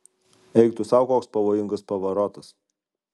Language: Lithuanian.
eik tu sau koks pavojingas pavarotas